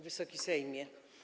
Wysoki Sejmie!